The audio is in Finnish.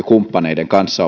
kumppaneiden kanssa